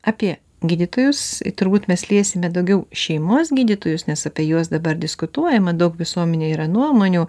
apie gydytojus turbūt mes liesime daugiau šeimos gydytojus nes apie juos dabar diskutuojama daug visuomenėje yra nuomonių